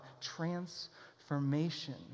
transformation